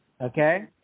Okay